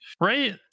right